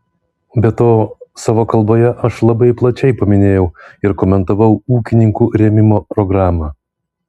be to savo kalboje aš labai plačiai paminėjau ir komentavau ūkininkų rėmimo programą